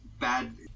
bad